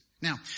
Now